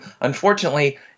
Unfortunately